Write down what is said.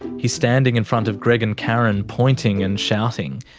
he's standing in front of greg and karen, pointing and shouting.